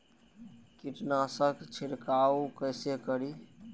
कीट नाशक छीरकाउ केसे करी?